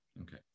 Okay